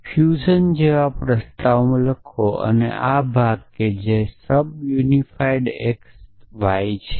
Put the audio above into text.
fusion જેવા પ્રસ્તાવનામાં લખશે આ ભાગ જે સબ યુનિફાઇડ x y છે